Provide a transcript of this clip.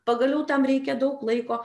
pagaliau tam reikia daug laiko